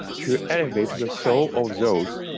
to elevate the soul of those,